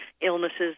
illnesses